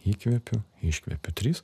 įkvepiu iškvepiu trys